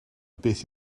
beth